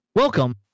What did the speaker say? Welcome